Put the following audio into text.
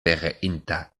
pereinta